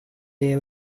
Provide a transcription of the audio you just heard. they